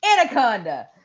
Anaconda